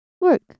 Work